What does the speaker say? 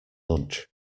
lunch